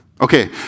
Okay